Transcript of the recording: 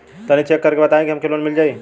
तनि चेक कर के बताई हम के लोन मिल जाई?